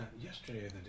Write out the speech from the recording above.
yesterday